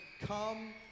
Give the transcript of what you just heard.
come